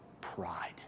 pride